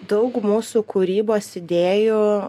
daug mūsų kūrybos idėjų